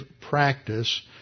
practice